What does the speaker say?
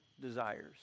desires